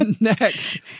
Next